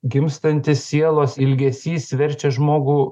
gimstantis sielos ilgesys verčia žmogų